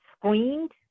screened